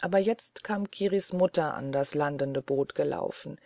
aber jetzt kam kiris mutter an das landende boot gelaufen